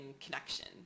connection